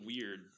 weird